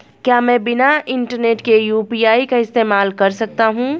क्या मैं बिना इंटरनेट के यू.पी.आई का इस्तेमाल कर सकता हूं?